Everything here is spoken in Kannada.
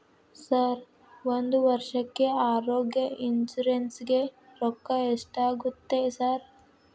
ಸರ್ ಒಂದು ವರ್ಷಕ್ಕೆ ಆರೋಗ್ಯ ಇನ್ಶೂರೆನ್ಸ್ ಗೇ ರೊಕ್ಕಾ ಎಷ್ಟಾಗುತ್ತೆ ಸರ್?